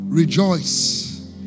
Rejoice